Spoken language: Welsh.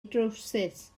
drywsus